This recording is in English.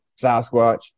Sasquatch